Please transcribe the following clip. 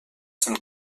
sind